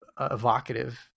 evocative